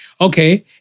okay